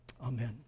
Amen